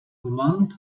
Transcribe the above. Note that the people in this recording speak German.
command